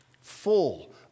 full